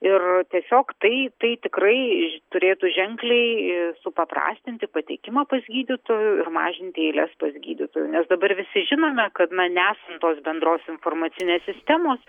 ir tiesiog tai tai tikrai turėtų ženkliai supaprastinti patekimą pas gydytojų ir mažinti eiles pas gydytojų nes dabar visi žinome kad manęs tos bendros informacinės sistemos